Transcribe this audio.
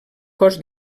cos